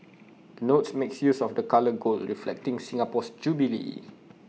the notes makes use of the colour gold reflecting Singapore's jubilee